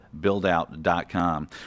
buildout.com